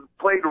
played